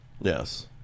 Yes